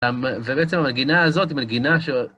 ובעצם המנגינה הזאת היא מנגינה ש...